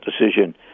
decision